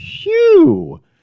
Phew